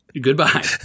Goodbye